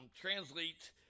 translate